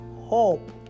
hope